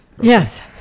Yes